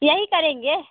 यही करेंगे